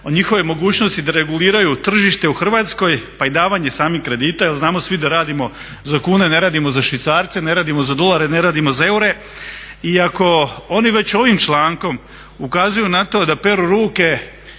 o njihovoj mogućnosti da reguliraju tržište u Hrvatskoj pa i davanje samih kredita jer znamo svi da radimo za kune, ne radimo za švicarce, ne radimo za dolare, ne radimo za eure i ako oni već ovim člankom ukazuju na to da peru ruke